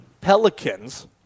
Pelicans